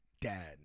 dad